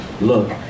Look